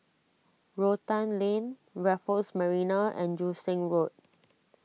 Rotan Lane Raffles Marina and Joo Seng Road